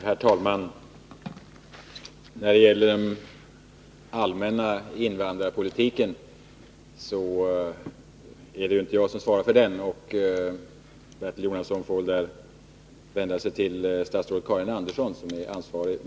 Herr talman! Den allmänna invandrarpolitiken är det inte jag som svarar för. Bertil Jonasson får väl vända sig till statsrådet Karin Andersson som svarar för den.